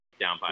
downpipe